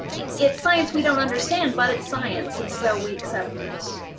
it's science. we don't understand. but it's science. and so we accept it.